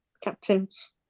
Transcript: Captains